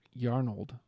Yarnold